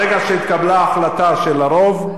ברגע שהתקבלה ההחלטה של הרוב,